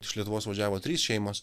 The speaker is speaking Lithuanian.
iš lietuvos važiavo trys šeimos